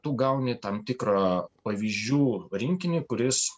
tu gauni tam tikrą pavyzdžių rinkinį kuris